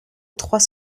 trois